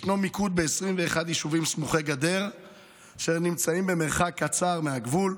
יש מיקוד ב-21 יישובים סמוכי גדר שנמצאים במרחק קצר מהגבול.